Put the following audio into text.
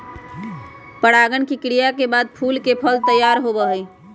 परागण के क्रिया के बाद फूल से फल तैयार होबा हई